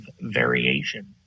Variation